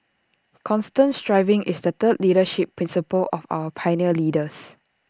constant striving is the third leadership principle of our pioneer leaders